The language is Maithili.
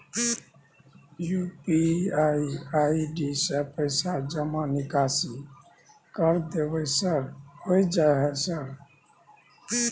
यु.पी.आई आई.डी से पैसा जमा निकासी कर देबै सर होय जाय है सर?